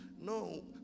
No